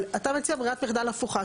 אבל אתה מציע ברירת מחדל הפוכה,